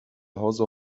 hause